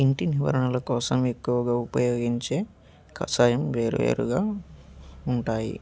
ఇంటి నివారణల కోసం ఎక్కువగా ఉపయోగించే కషాయం వేరు వేరుగా ఉంటాయి